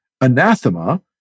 anathema